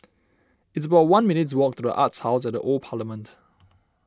it's about one minutes' walk to the Arts House at the Old Parliament